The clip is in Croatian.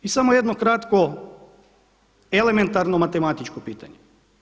I samo jedno kratko elementarno matematičko pitanje.